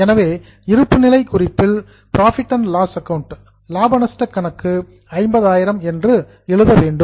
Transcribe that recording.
எனவே இருப்புநிலை குறிப்பில் புரோஃபிட் அண்ட் லாஸ் அக்கவுண்ட் லாப நட்டக் கணக்கு 50000 என்று எழுத வேண்டும்